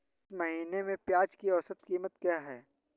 इस महीने में प्याज की औसत कीमत क्या है?